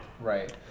Right